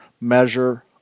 measure